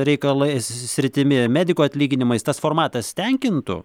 reikalais sritimi medikų atlyginimais tas formatas tenkintų